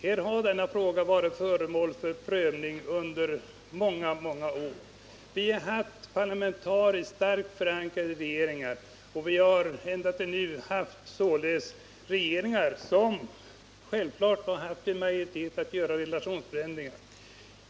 Den frågan har varit föremål för prövning under många år. Vi har haft parlamentariskt starkt förankrade regeringar, och vi har haft — ända tills nu således — regeringar som haft möjlighet att vidta relationsförändringar.